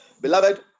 Beloved